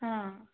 ಹಾಂ